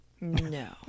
No